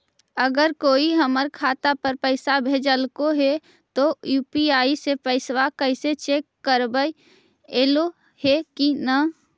अगर कोइ हमर खाता पर पैसा भेजलके हे त यु.पी.आई से पैसबा कैसे चेक करबइ ऐले हे कि न?